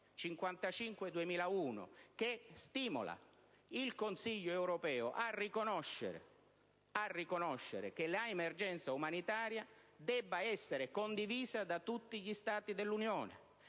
2001/55/CE, che stimola il Consiglio europeo a riconoscere che l'emergenza umanitaria debba essere condivisa da tutti gli Stati dell'Unione